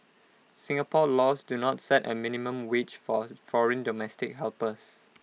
Singapore laws do not set A minimum wage for foreign domestic helpers